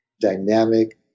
dynamic